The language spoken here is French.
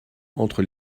entre